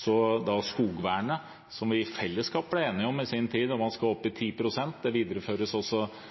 så skogvernet, som vi i fellesskap i sin tid ble enige om skal opp i 10 pst., videreføres også